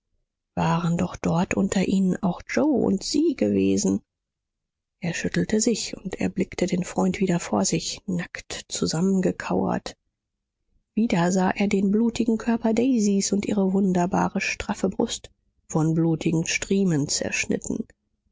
waren doch dort unter ihnen auch yoe und sie gewesen er schüttelte sich und erblickte den freund wieder vor sich nackt zusammengekauert wieder sah er den blutigen körper daisys und ihre wunderbare straffe brust von blutigen striemen zerschnitten